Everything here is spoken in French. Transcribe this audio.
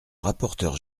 rapporteur